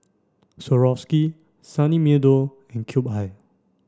Swarovski Sunny Meadow and Cube I